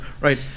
Right